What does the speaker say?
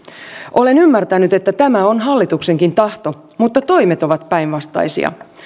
olen ymmärtänyt että tämä on hallituksenkin tahto mutta toimet ovat päinvastaisia